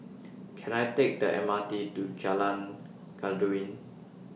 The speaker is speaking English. Can I Take The M R T to Jalan Khairuddin